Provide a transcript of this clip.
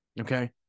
Okay